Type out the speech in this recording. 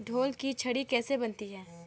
ढोल की छड़ी कैसे बनती है?